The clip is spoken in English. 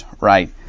right